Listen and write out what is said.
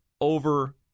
over